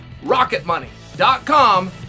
rocketmoney.com